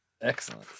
Excellent